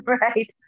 Right